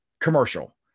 commercial